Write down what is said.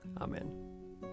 Amen